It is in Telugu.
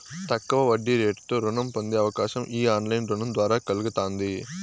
తక్కువ వడ్డీరేటుతో రుణం పొందే అవకాశం ఈ ఆన్లైన్ రుణం ద్వారా కల్గతాంది